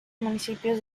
municipios